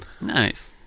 Nice